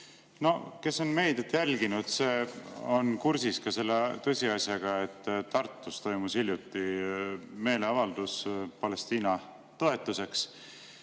kes on meediat jälginud, on kursis ka tõsiasjaga, et Tartus toimus hiljuti meeleavaldus Palestiina toetuseks.